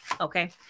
Okay